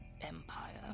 empire